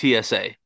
TSA